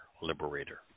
liberator